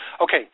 Okay